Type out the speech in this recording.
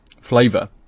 flavor